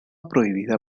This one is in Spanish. prohibida